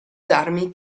darmi